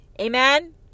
Amen